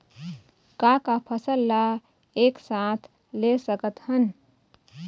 का का फसल ला एक साथ ले सकत हन?